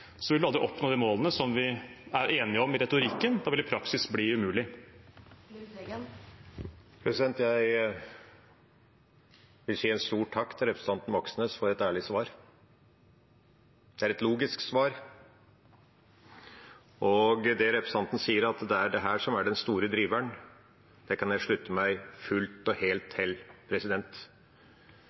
oppnå de målene vi er enige om i retorikken. Da vil det i praksis bli umulig. Jeg vil si en stor takk til representanten Moxnes for et ærlig svar. Det er et logisk svar. Det representanten sier, at det er dette som er den store driveren, kan jeg slutte meg fullt og helt til.